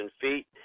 feet